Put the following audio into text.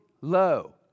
low